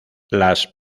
las